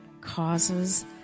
causes